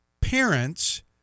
parents